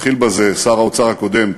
התחיל בזה שר האוצר הקודם,